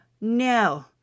No